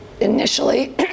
initially